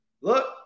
look